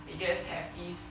they just have this